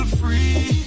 free